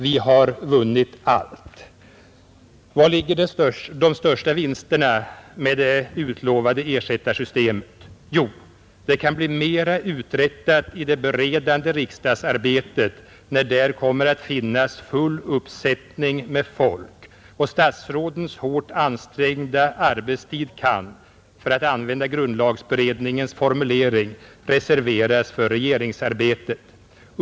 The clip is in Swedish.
Vi har vunnit allt. Var ligger de stora vinsterna med det utlovade ersättarsystemet? Jo, det kan bli mera uträttat i det beredande riksdagsarbetet, när det kommer att finnas full uppsättning med folk, och statsrådens hårt ansträngda arbetstid kan — för att använda grundlagberedningens formulering — reserveras för regeringsarbetet.